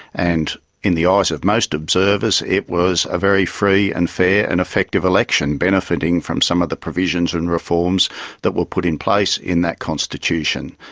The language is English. and in the eyes of most observers it was a very free and fair and effective election, benefiting from some of the provisions and reforms that were put in place in that constitution.